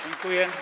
Dziękuję.